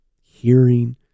hearing